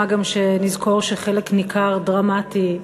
מה גם שנזכור שחלק ניכר דרמטי,